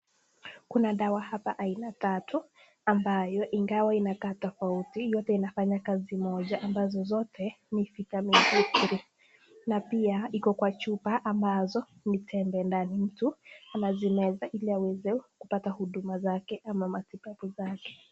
Kuna dawa hapa aina tatu, ambayo ingawa inakaa tofauti, yote inafanya kazi moja, ambazo zote ni vitamin B3. Na pia iko kwa chupa ambazo ni tembe ndani mtu anazimeza ili aweze kupata huduma zake ama matibabu yake.